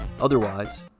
otherwise